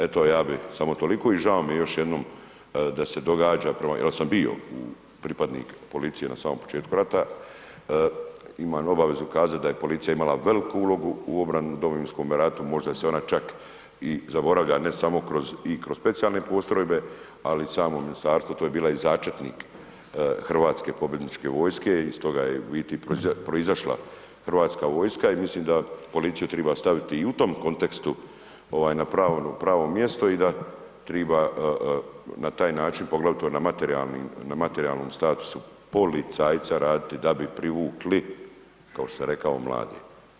Eto, ja bi samo toliko i žao mi je još jednom da se događa, jel sam bio pripadnik policije na samom početku rata, imam obavezu kazat da je policija imala veliku ulogu u obrani domovinskome ratu, možda se ona čak i zaboravlja ne samo kroz, i kroz specijalne postrojbe, ali i samo ministarstvo, to je bila i začetnik hrvatske pobjedničke vojske i stoga je u biti proizašla Hrvatska vojska i mislim da policiju triba staviti i u tom kontekstu na pravo mjesto i da triba na taj način, poglavito na materijalnom statusu policajca raditi da bi privukli, kao što sam rekao, mlade.